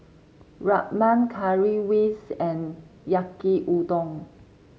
Rajma Currywurst and Yaki Udon